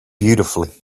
beautifully